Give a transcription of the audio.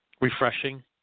refreshing